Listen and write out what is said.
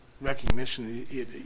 recognition